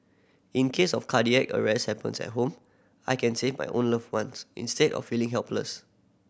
in case of cardiac arrest happens at home I can save my own loved ones instead of feeling helpless